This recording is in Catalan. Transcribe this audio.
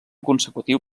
consecutiu